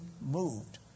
moved